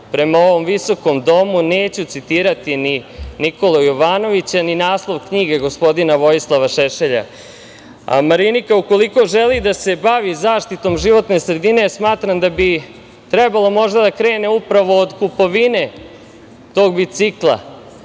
prema ovom viskom domu neću citirati ni Nikolu Jovanovića niti naslov knjige gospodina Vojislava Šešelja, a Marinika ukoliko želil da se bavi zaštitom životne sredine smatram da bi trebalo možda da krene upravo od kupovine tog bicikla. Imajući